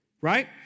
right